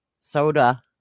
Soda